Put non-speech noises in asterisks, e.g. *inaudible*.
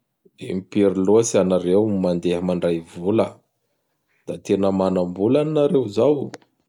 *noise* Impiry loatsy anareo gny mandeha mandray vola? Da tena manambola an nareo zao!